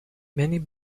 many